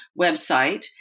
website